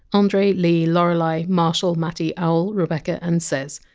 andre, lee, lorelei, marshall, mattie, owl, rebecca and sez.